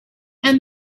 and